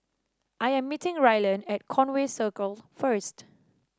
I am meeting Rylan at Conway Circle first